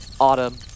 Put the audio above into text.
autumn